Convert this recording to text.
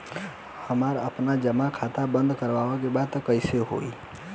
हमरा आपन जमा खाता बंद करवावे के बा त कैसे होई?